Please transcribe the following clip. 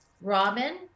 Robin